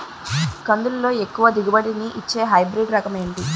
కందుల లో ఎక్కువ దిగుబడి ని ఇచ్చే హైబ్రిడ్ రకం ఏంటి?